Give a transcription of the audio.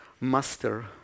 Master